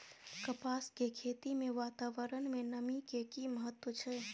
कपास के खेती मे वातावरण में नमी के की महत्व छै?